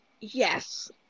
yes